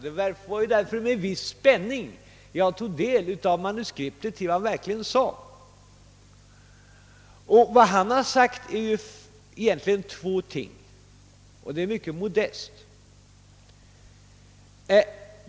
Det var därför med viss spänning jag tog del av manuskriptet till vad han verkligen sade. Det är mycket modest och går egentligen ut på två ting.